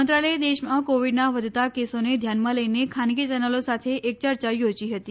મંત્રાલયે દેશમાં કોવિડના વધતા કેસોને ધ્યાનમાં લઇને ખાનગી ચેનલો સાથે એક ચર્ચા થોજી હતી